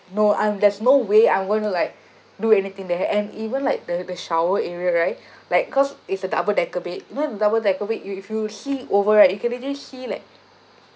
no um there's no way I'm going to like do anything there and even like the the shower area right like cause it's a double decker bed you know a double decker bed if you sleep over right you can literally see like